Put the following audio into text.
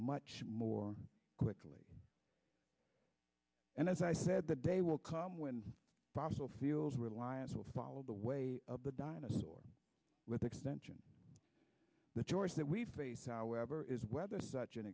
much more quickly and as i said the day will come when fossil fuels reliance will follow the way of the dinosaurs with extension the choice that we face however is whether such an